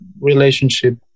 relationship